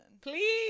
Please